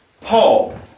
Paul